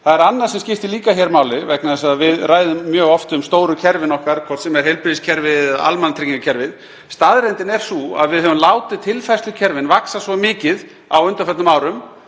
Það er annað sem skiptir líka máli hér vegna þess að við ræðum mjög oft um stóru kerfin okkar, hvort sem er heilbrigðiskerfið eða almannatryggingakerfið. Staðreyndin er sú að við höfum látið tilfærslukerfin vaxa svo mikið á undanförnum árum,